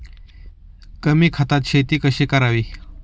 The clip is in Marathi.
कमी खतात शेती कशी करावी?